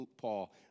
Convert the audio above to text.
Paul